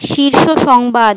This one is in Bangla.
শীর্ষ সংবাদ